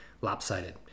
lopsided